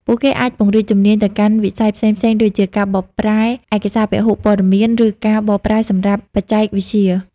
ពួកគេអាចពង្រីកជំនាញទៅកាន់វិស័យផ្សេងៗដូចជា ការបកប្រែឯកសារពហុព័ត៌មានឬការបកប្រែសម្រាប់បច្ចេកវិទ្យា។